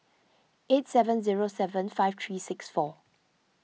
eight seven zero seven five three six four